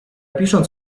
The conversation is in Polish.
pisząc